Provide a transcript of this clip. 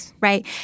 right